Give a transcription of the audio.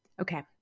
Okay